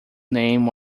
name